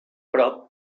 prop